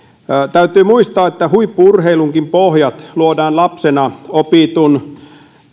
täytyy muistaa että huippu urheilunkin pohjat luodaan lapsena opitun